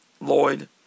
Lloyd